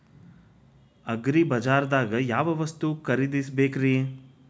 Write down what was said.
ಅಗ್ರಿಬಜಾರ್ದಾಗ್ ಯಾವ ವಸ್ತು ಖರೇದಿಸಬೇಕ್ರಿ?